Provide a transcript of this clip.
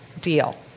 deal